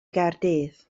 gaerdydd